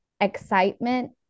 excitement